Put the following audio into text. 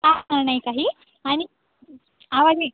नाही काही आणि आवाज ये